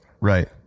Right